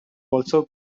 also